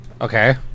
Okay